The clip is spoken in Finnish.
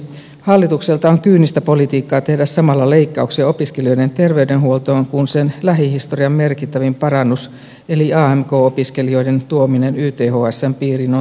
hallitukselta on kyynistä politiikkaa tehdä samalla leikkauksia opiskelijoiden terveydenhuoltoon kun sen lähihistorian merkittävin parannus eli amk opiskelijoiden tuominen ythsn piiriin on toteutumassa